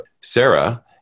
Sarah